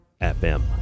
FM